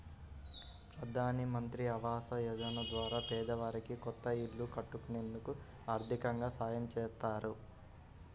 ప్రధానమంత్రి ఆవాస యోజన ద్వారా పేదవారికి కొత్త ఇల్లు కట్టుకునేందుకు ఆర్దికంగా సాయం చేత్తారు